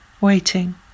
waiting